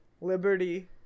liberty